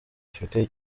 afurika